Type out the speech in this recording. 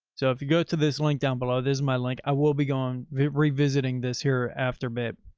so if you go to this link down below, this is my link. i will be gone. vi, revisiting this here after bit.